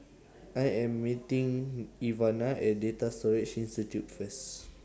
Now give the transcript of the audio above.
I Am meeting Ivana At Data Storage Institute First